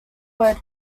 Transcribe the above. word